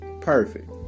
Perfect